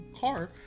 car